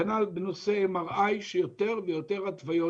כנ"ל בנושא MRI, יש יותר ויותר התוויות.